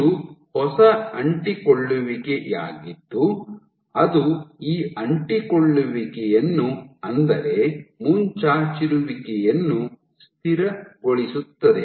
ಇದು ಹೊಸ ಅಂಟಿಕೊಳ್ಳುವಿಕೆಯಾಗಿದ್ದು ಅದು ಈ ಅಂಟಿಕೊಳ್ಳುವಿಕೆಯನ್ನು ಅಂದರೆ ಮುಂಚಾಚಿರುವಿಕೆಯನ್ನು ಸ್ಥಿರಗೊಳಿಸುತ್ತದೆ